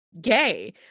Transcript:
gay